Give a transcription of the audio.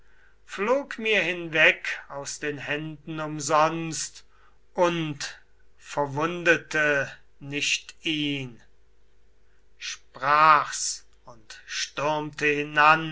flog mir hinweg aus den händen umsonst und verwundete nicht ihn sprach's und stürmte